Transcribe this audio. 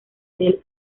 del